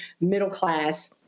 middle-class